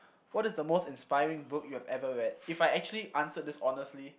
what is the most inspiring book you have ever read if I actually answered this honestly